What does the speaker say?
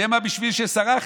שמא בשביל שסרחתי"